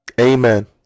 Amen